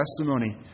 testimony